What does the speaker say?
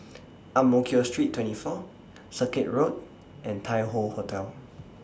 Ang Mo Kio Street twenty four Circuit Road and Tai Hoe Hotel